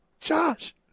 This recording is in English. Josh